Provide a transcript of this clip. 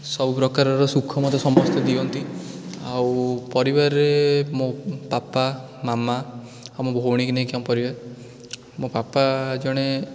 ସବୁପ୍ରକାରର ସୁଖ ମୋତେ ସମସ୍ତେ ଦିଅନ୍ତି ଆଉ ପରିବାରରେ ମୋ ପାପା ମାମା ଆଉ ମୋ ଭଉଣୀକୁ ନେଇକି ଆମ ପରିବାର ମୋ ପାପା ଜଣେ